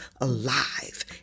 alive